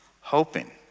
hoping